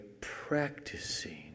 practicing